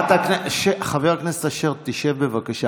איפה השינוי?